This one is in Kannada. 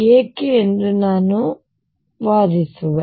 ಏಕೆ ಎಂದು ನಾನು ವಾದಿಸುವೆ